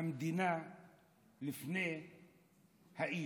המדינה לפני האיש,